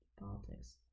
politics